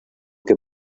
que